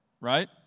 right